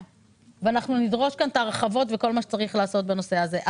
אנחנו נדרוש כאן את ההרחבות וכל מה שצריך לעשות בנושא הזה.